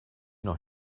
noch